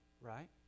right